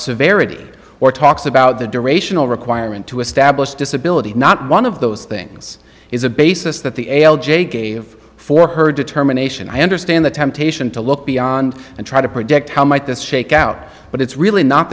severity or talks about the durational requirement to establish disability not one of those things is a basis that the l j gave for her determination i understand the temptation to look beyond and try to predict how might this shake out but it's really not